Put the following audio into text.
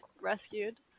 rescued